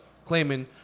Claiming